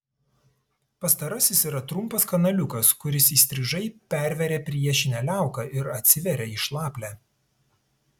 pastarasis yra trumpas kanaliukas kuris įstrižai perveria priešinę liauką ir atsiveria į šlaplę